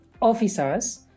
officers